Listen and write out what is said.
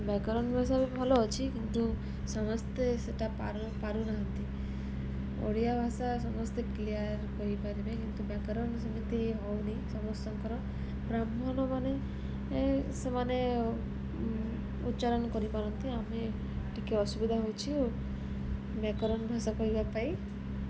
ବ୍ୟାକରଣ ଭାଷା ବି ଭଲ ଅଛି କିନ୍ତୁ ସମସ୍ତେ ସେଇଟା ପାରୁ ପାରୁନାହାନ୍ତି ଓଡ଼ିଆ ଭାଷା ସମସ୍ତେ କ୍ଲିଅର୍ କହିପାରିବେ କିନ୍ତୁ ବ୍ୟାକରଣ ସେମିତି ହେଉନି ସମସ୍ତଙ୍କର ବ୍ରାହ୍ମଣମାନେ ସେମାନେ ଉଚ୍ଚାରଣ କରିପାରନ୍ତି ଆମେ ଟିକିଏ ଅସୁବିଧା ହେଉଛି ବ୍ୟାକରଣ ଭାଷା କହିବା ପାଇଁ